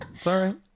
sorry